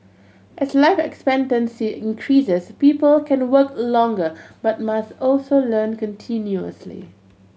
as life expectancy increases people can work longer but must also learn continuously